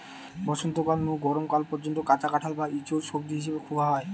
বসন্তকাল নু গরম কাল পর্যন্ত কাঁচা কাঁঠাল বা ইচোড় সবজি হিসাবে খুয়া হয়